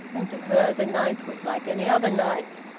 and to her the night was like any other night!